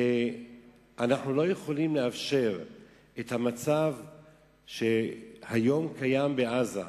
ואנחנו לא יכולים לאפשר את המצב שקיים היום בעזה,